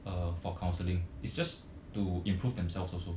err for counselling is just to improve themselves also